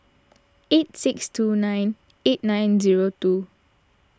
eight six two nine eight nine zero two